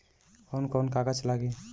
कौन कौन कागज लागी?